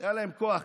היה להם כוח.